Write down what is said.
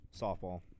Softball